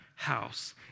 house